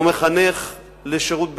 הוא מחנך לשירות בצה"ל,